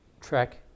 track